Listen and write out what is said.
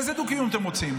איזה דו-קיום אתם רוצים?